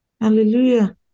Hallelujah